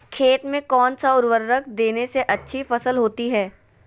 खेत में कौन सा उर्वरक देने से अच्छी फसल होती है?